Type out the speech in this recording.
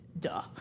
duh